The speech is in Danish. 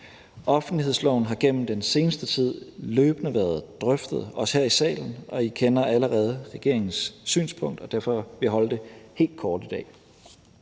Offentlighedsloven har gennem den seneste tid løbende været drøftet, også her i salen, og I kender allerede regeringens synspunkt. Derfor vil jeg holde det helt kort i dag.